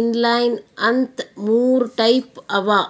inline ಅಂತ್ ಮೂರ್ type ಅವಾ